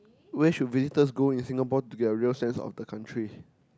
where should visitors go in Singapore to get a real sense of the country